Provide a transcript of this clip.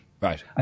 Right